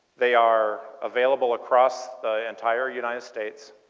they are available across the entire united states.